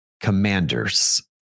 commanders